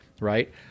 right